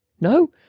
No